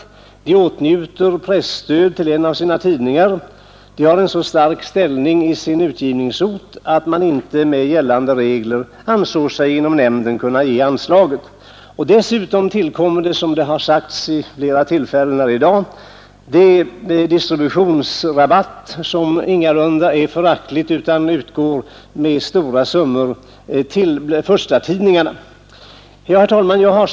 Företaget åtnjuter presstöd till en av sina tidningar och har så stark ställning i utgivningsorten att man i nämnden inte med gällande regler har ansett sig kunna ge tidningen något bidrag. Dessutom tillkommer, som också har sagts vid flera tillfällen i dag, en distributionsrabatt som inte är föraktlig utan som tillför förstatidningarna stora summor. Herr talman!